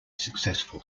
successful